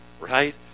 Right